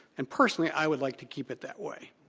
and personally, i would like to keep it that way.